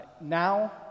now